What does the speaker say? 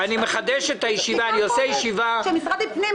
המשמעות שלה היא תשלום לקבלנים